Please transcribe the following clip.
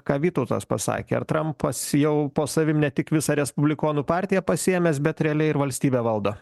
ką vytautas pasakė ar trampas jau po savim ne tik visą respublikonų partiją pasiėmęs bet realiai ir valstybę valdo